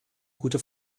gute